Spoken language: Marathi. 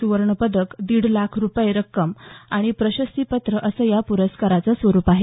सुवर्णपदक दीड लाख रुपये रोख रक्कम आणि प्रशस्तीपत्र असं या प्रस्काराचं स्वरूप आहे